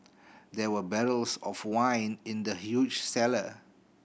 there were barrels of wine in the huge cellar